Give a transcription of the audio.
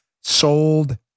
sold